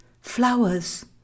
flowers